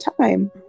time